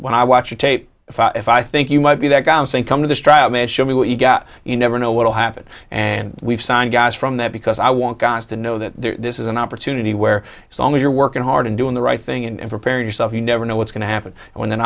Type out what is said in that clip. when i watch a tape if i think you might be that guy saying come to the strat and show me what you got you never know what'll happen and we've signed guys from that because i want guys to know that this is an opportunity where it's only you're working hard and doing the right thing and preparing yourself you never know what's going to happen and when